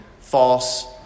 false